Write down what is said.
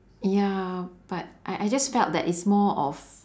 ya but I I just felt that it's more of